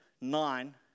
nine